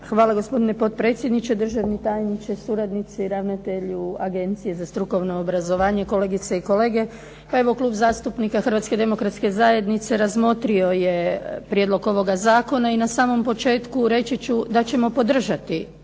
Hvala. Gospodine potpredsjedniče, državni tajniče, suradnici, ravnatelju Agencije za strukovno obrazovanje, kolegice i kolege. Klub zastupnika Hrvatske demokratske zajednice razmotrio je prijedlog ovog zakona i na samom početku reći ću da ćemo podržati